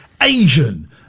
Asian